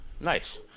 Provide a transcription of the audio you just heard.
Nice